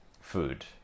Food